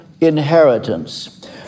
inheritance